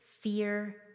fear